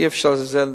אי-אפשר לזלזל.